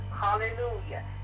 Hallelujah